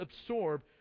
absorb